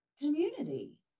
community